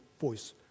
voice